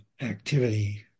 activity